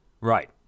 right